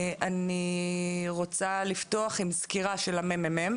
אני רוצה לפתוח עם סקירה של הממ"מ